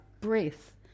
breath